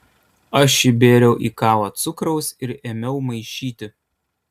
aš įbėriau į kavą cukraus ir ėmiau maišyti